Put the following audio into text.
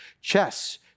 Chess